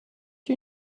you